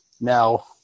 now